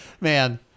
man